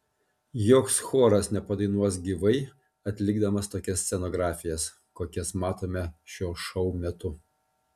joks choras nepadainuos gyvai atlikdamas tokias scenografijas kokias matome šio šou metu